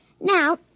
Now